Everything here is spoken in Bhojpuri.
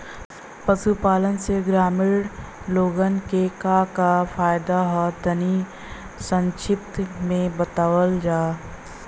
पशुपालन से ग्रामीण लोगन के का का फायदा ह तनि संक्षिप्त में बतावल जा?